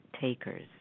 takers